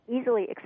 easily